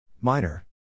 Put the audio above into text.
Minor